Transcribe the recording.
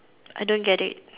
I don't get it